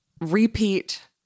Repeat